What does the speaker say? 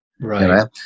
Right